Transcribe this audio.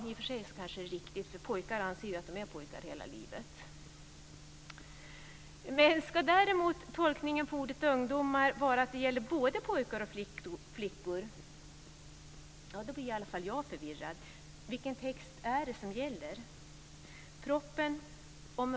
I och för sig kanske detta är riktigt, för pojkar anser ju att de är pojkar hela livet. Ska däremot tolkningen av ordet "ungdomar" vara att det gäller både pojkar och flickor blir i alla fall jag förvirrad. Vilken text är det som gäller?